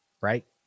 right